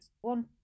One